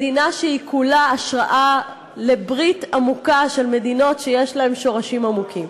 מדינה שהיא כולה השראה לברית עמוקה של מדינות שיש להן שורשים עמוקים.